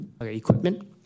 equipment